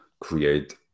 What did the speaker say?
create